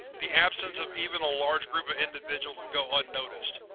the absence of even a large group of individuals will go unnoticed.